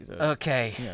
Okay